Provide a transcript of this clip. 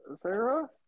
Sarah